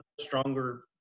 stronger